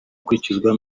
gukurikizwa